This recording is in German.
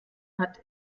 hat